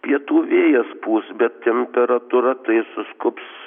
pietų vėjas pūs bet temperatūra tai suskubs